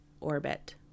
orbit